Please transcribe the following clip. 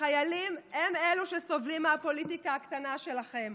החיילים הם אלה שסובלים מהפוליטיקה הקטנה שלכם.